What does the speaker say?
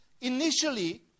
Initially